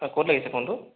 হয় ক'ত লাগিছে ফ'নটো